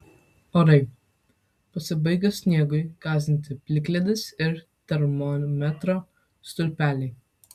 orai pasibaigus sniegui gąsdins plikledis ir termometro stulpeliai